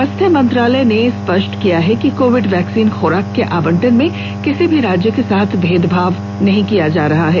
स्वास्थ्य मंत्रालय ने स्पष्ट किया है कि कोविड वैक्सीन खुराक के आवंटन में किसी भी राज्य के साथ भेदभाव नहीं किया जा रहा है